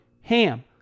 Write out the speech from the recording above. HAM